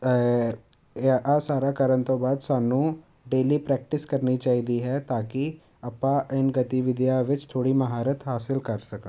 ਆਹ ਸਾਰਾ ਕਰਨ ਤੋਂ ਬਾਅਦ ਸਾਨੂੰ ਡੇਲੀ ਪ੍ਰੈਕਟਿਸ ਕਰਨੀ ਚਾਹੀਦੀ ਹੈ ਤਾਂ ਕਿ ਆਪਾਂ ਇਹਨਾਂ ਗਤੀਵਿਧੀਆਂ ਵਿੱਚ ਥੋੜ੍ਹੀ ਮੁਹਾਰਤ ਹਾਸਲ ਕਰ ਸਕਣ